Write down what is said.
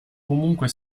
comunque